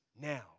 now